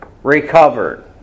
recovered